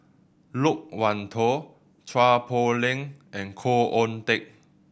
Loke Wan Tho Chua Poh Leng and Khoo Oon Teik